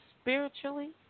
spiritually